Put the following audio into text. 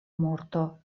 morto